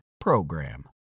PROGRAM